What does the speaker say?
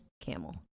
camel